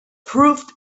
proved